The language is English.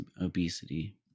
obesity